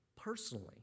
personally